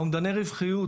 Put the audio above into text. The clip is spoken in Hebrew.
אומדני הרווחיות